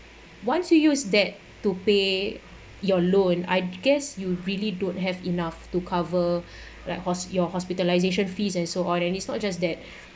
once you use that to pay your loan I guess you really don't have enough to cover like hos~ your hospitalisation fees and so on and it's not just that